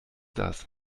das